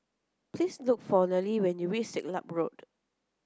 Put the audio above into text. please look for Nealie when you reach Siglap Road